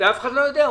ואף אחד לא יודע.